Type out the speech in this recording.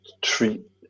treat